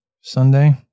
Sunday